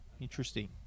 interesting